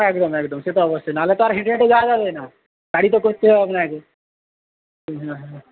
হ্যাঁ একদম একদম সে তো অবশ্যই নাহলে তো আর হেঁটে হেঁটে যাওয়া যাবে না গাড়ি তো করতেই হবে আপনাকে হ্যাঁ হ্যাঁ